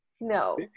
No